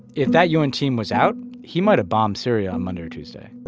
if that u n. team was out, he might've bombed syria on monday or tuesday.